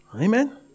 Amen